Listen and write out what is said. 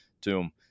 tomb